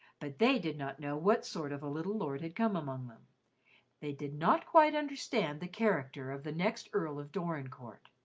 but they did not know what sort of a little lord had come among them they did not quite understand the character of the next earl of dorincourt.